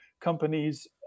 companies